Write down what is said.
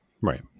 right